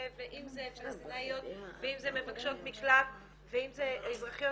ואם זה פלשתינאיות ואם זה מבקשות מקלט ואם זה אזרחיות